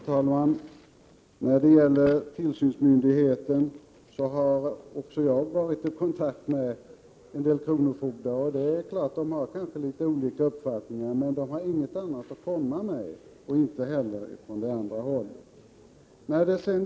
Herr talman! När det gäller tillsynsmyndigheten vill jag framhålla att också jag har varit i kontakt med en del kronofogdar. Självfallet har de litet olika uppfattningar. Men de har inget förslag att komma med. Det har man inte heller från det andra hållet.